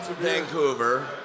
Vancouver